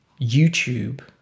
YouTube